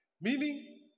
Meaning